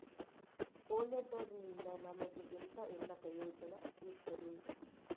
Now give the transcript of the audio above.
ಕೊಲ್ಯಟರ್ ನಿಂದ ನಮಗೆ ಎಂತ ಎಲ್ಲಾ ಪ್ರಯೋಜನ ಇರ್ತದೆ?